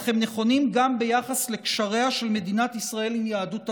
אך הם נכונים גם ביחס לקשריה של מדינת ישראל עם יהדות העולם.